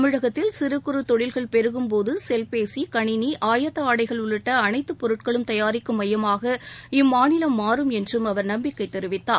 தமிழகத்தில் சிறு குறு தொழில்கள் பெருகும் போது செல்பேசி கணினி ஆயத்த ஆடைகள் உள்ளிட்ட அனைத்து பொருட்களும் தபாரிக்கும் மையமாக இம்மாநிலம் மாறும் என்றும் அவர் நம்பிக்கை தெரிவித்தார்